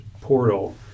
Portal